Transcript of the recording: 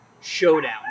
showdown